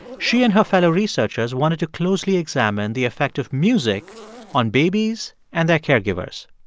she and her fellow researchers wanted to closely examine the effect of music on babies and their caregivers.